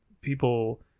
people